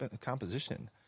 composition